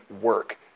work